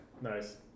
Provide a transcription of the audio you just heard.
nice